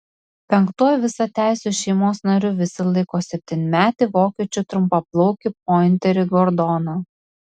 penktuoju visateisiu šeimos nariu visi laiko septynmetį vokiečių trumpaplaukį pointerį gordoną